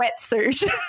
wetsuit